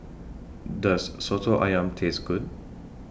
Does Soto Ayam Taste Good